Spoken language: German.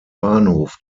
bahnhof